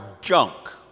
junk